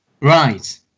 Right